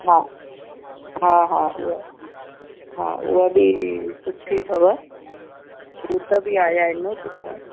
हा हा हा हूअ हा हूअ बि सुठी अथव बूट बि आया आहिनि सुठा